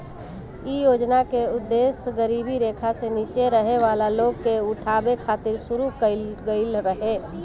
इ योजना के उद्देश गरीबी रेखा से नीचे रहे वाला लोग के उठावे खातिर शुरू कईल गईल रहे